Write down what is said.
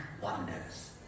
wonders